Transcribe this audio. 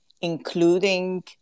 including